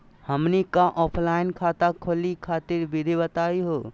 हमनी क ऑफलाइन खाता खोलहु खातिर विधि बताहु हो?